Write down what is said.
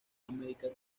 america